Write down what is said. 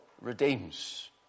redeems